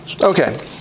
Okay